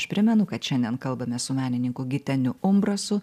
aš primenu kad šiandien kalbamės su menininku giteniu umbrasu